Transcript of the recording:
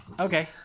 Okay